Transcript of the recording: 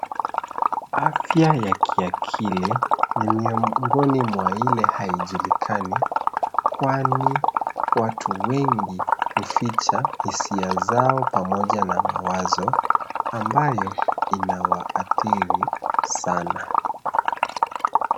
Afya ya kiakili, ni miongoni mwa ile haijulikani , kwani watu wengi huficha hisia zao pamoja na mawazo, ambayo inawaathiri sana.